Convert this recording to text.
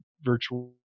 virtual